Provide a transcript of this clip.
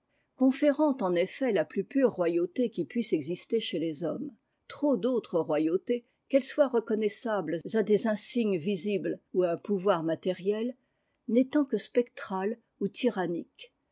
conférant en effet la plus pure royauté qui puisse exister chez les hommes trop d'autres royautés qu'elles soient reconnaissables à des insignes visibles ou à un pouvoir matériel n'étant que spectrales ou tyranniques